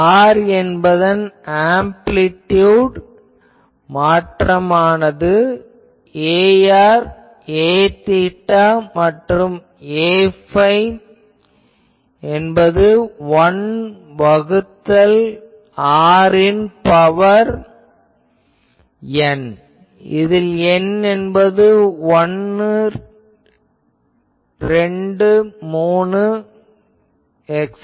R என்பதன் amplitude மாற்றமானது Ar Aθ மற்றும் Aϕ என்பது 1 வகுத்தல் r ன் பவர் n இதில் n என்பது 1 2